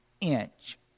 inch